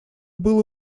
было